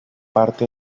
parte